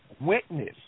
witness